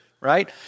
right